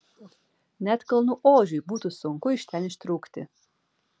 net kalnų ožiui būtų sunku iš ten ištrūkti